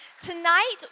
Tonight